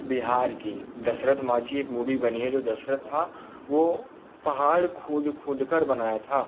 बिहार की दशरथ माझी एक मूवी बनी है जो दशरथ था वह पहाड़ खोद खोदकर बनाया था